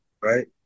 right